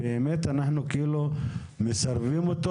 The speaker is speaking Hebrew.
אנחנו מסרבים לו,